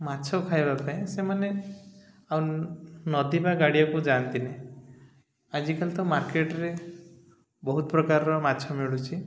ମାଛ ଖାଇବା ପାଇଁ ସେମାନେ ଆଉ ନଦୀ ବା ଗାଡ଼ିଆକୁ ଯାଆନ୍ତି ନାହି ଆଜିକାଲି ତ ମାର୍କେଟରେ ବହୁତ ପ୍ରକାରର ମାଛ ମିଳୁଛିି